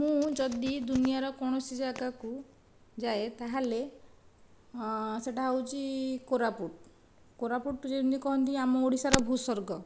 ମୁଁ ଯଦି ଦୁନିଆର କୌଣସି ଜାଗାକୁ ଯାଏ ତା ହେଲେ ହଁ ସେହିଟା ହେଉଛି କୋରାପୁଟ କୋରାପୁଟ ଯେମିତି କହନ୍ତି ଆମ ଓଡ଼ିଶାର ଭୂସ୍ବର୍ଗ